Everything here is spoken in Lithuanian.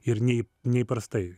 ir nei neįprastai